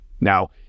Now